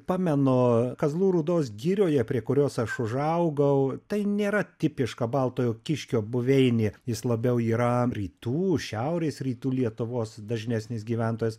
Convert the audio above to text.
pamenu kazlų rūdos girioje prie kurios aš užaugau tai nėra tipiška baltojo kiškio buveinė jis labiau yra rytų šiaurės rytų lietuvos dažnesnis gyventojas